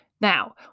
Now